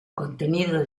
contenido